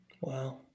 Wow